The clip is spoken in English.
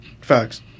Facts